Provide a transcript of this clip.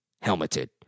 helmeted